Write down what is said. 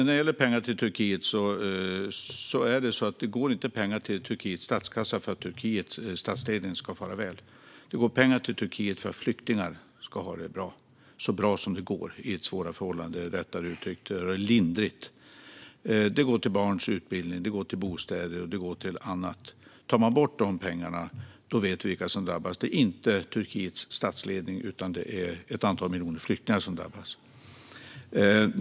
Fru talman! Det går inte pengar till Turkiets statskassa för att landets statsledning ska fara väl. Det går pengar till Turkiet för att flyktingar ska ha det så bra som det går under svåra förhållanden, eller i alla fall lindrigare. Pengarna går till barns utbildning, bostäder och annat. Tar man bort dem vet vi vilka som drabbas. Det är inte Turkiets statsledning utan ett antal miljoner flyktingar.